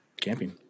camping